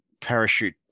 parachute